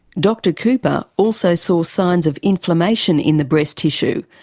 dr cooper also saw signs of inflammation in the breast tissue,